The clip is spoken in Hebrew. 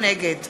נגד